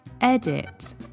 Edit